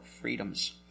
freedoms